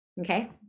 Okay